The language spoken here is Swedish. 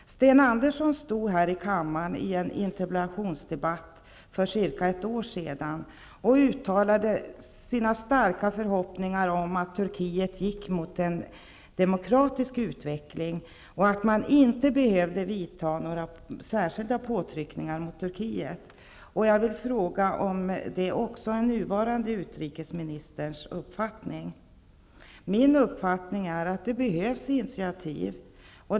För ca ett år sedan i en interpellationsdebatt här i kammaren stod Sten Andersson och uttalade sina starka förhoppningar om att Turkiet gick mot en demokratisk utveckling och att man inte behövde göra några särskilda påtryckningar. Jag vill fråga om det stämmer överens med nuvarande utrikesministers uppfattning. Enligt min uppfattning behövs det initiativ i den här frågan.